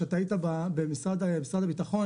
כשאתה היית במשרד הביטחון